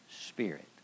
spirit